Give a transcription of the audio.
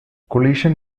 collision